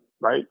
Right